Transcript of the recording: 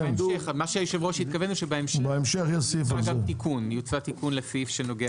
בהמשך יוצע תיקון לסעיף שנוגע.